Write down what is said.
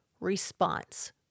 response